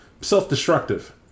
self-destructive